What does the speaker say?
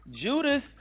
Judas